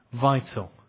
vital